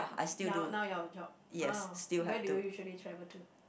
now now your job oh where do you usually travel to